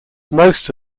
most